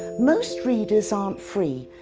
most readers aren't free,